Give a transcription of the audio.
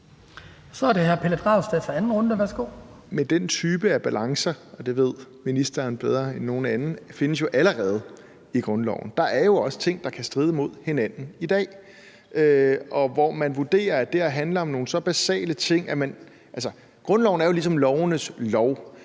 Kl. 14:58 Pelle Dragsted (EL): Den type af balancer – og det ved ministeren bedre end nogen anden – findes jo allerede i grundloven. Der er også i dag ting, der kan stride mod hinanden, og situationer, hvor man vurderer, at det her handler om nogle basale ting. Altså, grundloven er ligesom lovenes lov.